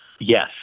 yes